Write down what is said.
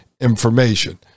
information